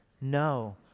no